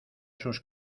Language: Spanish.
sus